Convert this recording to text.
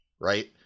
Right